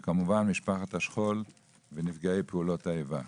וכמובן, משפחת השכול ונפגעי פעולות איבה.